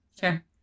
sure